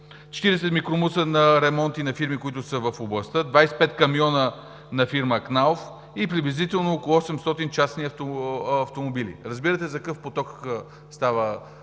40 микробуса за ремонти на фирми, които са в областта, 25 камиона на фирма „Кнауф“ и приблизително около 800 частни автомобила. Разбирате за какъв поток става